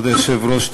כבוד היושב-ראש,